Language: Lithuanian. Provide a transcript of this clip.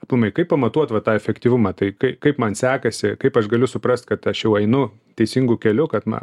aplamai kaip pamatuot va tą efektyvumą tai kai kaip man sekasi kaip aš galiu suprast kad aš jau einu teisingu keliu kad na